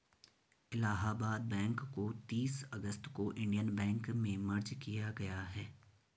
Allahabad bank को तीस अगस्त को इन्डियन बैंक में मर्ज किया गया है